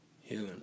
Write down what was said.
healing